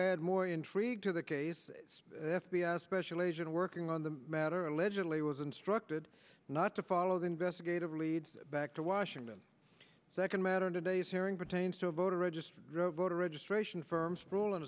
add more intrigue to the case the special agent working on the matter allegedly was instructed not to follow the investigative leads back to washington second matter today's hearing pertains to voter registered voter registration firm's r